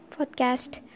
podcast